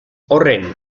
horren